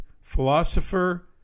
philosopher